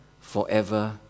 forever